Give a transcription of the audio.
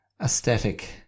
aesthetic